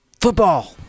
Football